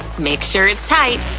make sure it's tight.